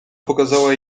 pokazała